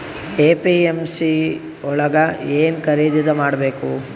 APMC ಯೊಳಗ ಏನ್ ಖರೀದಿದ ಮಾಡ್ಬೇಕು?